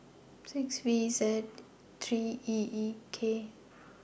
six V Z three E E K